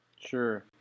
Sure